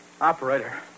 Operator